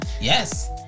Yes